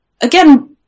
again